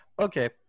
Okay